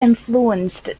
influenced